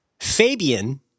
Fabian